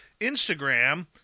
Instagram